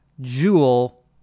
Jewel